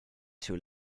too